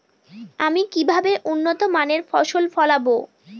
আমি কিভাবে উন্নত মানের ফসল ফলাবো?